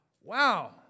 wow